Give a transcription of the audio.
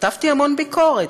חטפתי המון ביקורת,